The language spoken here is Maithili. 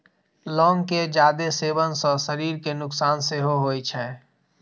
लौंग के जादे सेवन सं शरीर कें नुकसान सेहो होइ छै